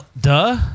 Duh